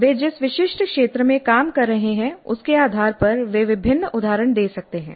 वे जिस विशिष्ट क्षेत्र में काम कर रहे हैं उसके आधार पर वे विभिन्न उदाहरण दे सकते हैं